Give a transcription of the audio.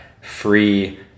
free